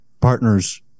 partners